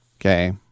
Okay